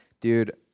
dude